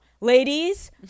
ladies